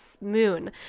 moon